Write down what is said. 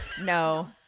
No